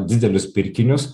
didelius pirkinius